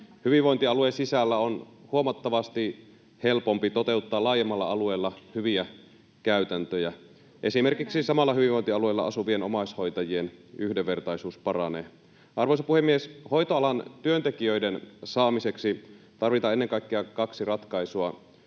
Hyvinvointialueen sisällä on huomattavasti helpompi toteuttaa laajemmalla alueella hyviä käytäntöjä. Esimerkiksi samalla hyvinvointialueella asuvien omaishoitajien yhdenvertaisuus paranee. Arvoisa puhemies! Hoitoalan työntekijöiden saamiseksi tarvitaan ennen kaikkea kaksi ratkaisua: